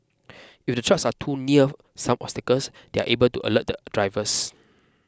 if the trucks are too near some obstacles they are able to alert the drivers